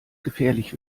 gefährlich